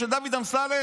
של דוד אמסלם,